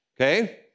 okay